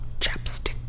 Chapstick